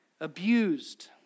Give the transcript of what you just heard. abused